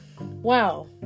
wow